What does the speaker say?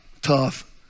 tough